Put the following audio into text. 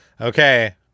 Okay